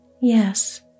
Yes